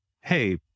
hey